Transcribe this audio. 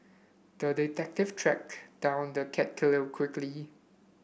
the detective tracked down the cat killer quickly